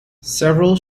several